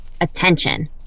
attention